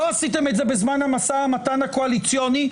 לא עשיתם את זה בזמן המשא ומתן הקואליציוני,